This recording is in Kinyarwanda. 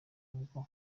ngo